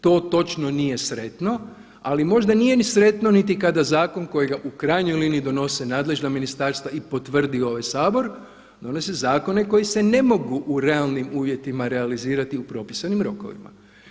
To točno nije sretno ali možda nije ni sretno niti kada zakon kojega u krajnjoj liniji donose nadležna ministarstva i potvrdi ovaj Sabor donese zakone koji se ne mogu u realnim uvjetima realizirati u propisanim rokovima.